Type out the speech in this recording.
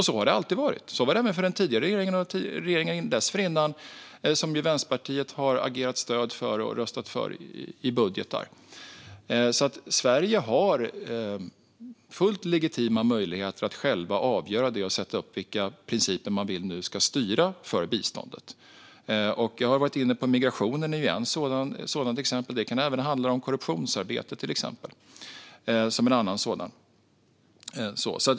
Så har det alltid varit. Så var det även för den tidigare regeringen och för regeringen dessförinnan, som ju Vänsterpartiet har agerat stöd för och har röstat för i budgetbeslut. Sverige har alltså fullt legitima möjligheter att själva avgöra det och sätta upp vilka principer man vill ska styra biståndet. Jag har varit inne på migrationen, som ju är ett sådant exempel, men det kan även handla om korruptionsarbete.